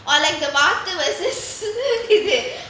or like the vaathu